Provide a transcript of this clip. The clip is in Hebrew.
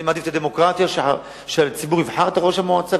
אני מעדיף דמוקרטיה, שהציבור יבחר את ראש המועצה.